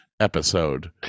episode